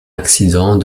accident